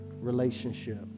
relationship